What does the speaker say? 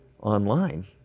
online